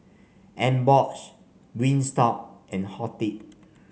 Emborg Wingstop and Horti